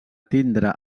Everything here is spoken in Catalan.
tindre